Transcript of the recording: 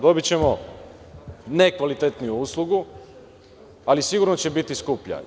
Dobićemo nekvalitetniju uslugu, ali sigurno će biti skuplja.